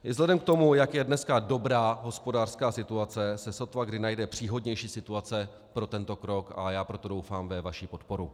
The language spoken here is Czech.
I vzhledem k tomu, jak je dneska dobrá hospodářská situace, se sotva kdy najde příhodnější situace pro tento krok, a já proto doufám, ve vaši podporu.